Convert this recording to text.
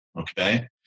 Okay